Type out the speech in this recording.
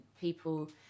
people